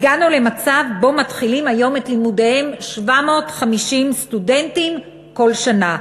הגענו למצב בו מתחילים היום את לימודיהם 750 סטודנטים כל שנה.